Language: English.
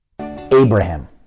Abraham